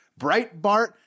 Breitbart